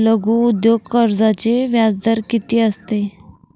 लघु उद्योग कर्जाचे व्याजदर किती असते?